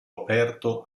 aperto